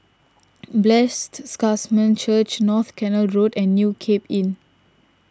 Blessed Sacrament Church North Canal Road and New Cape Inn